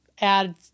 add